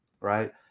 right